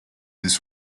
this